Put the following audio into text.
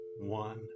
one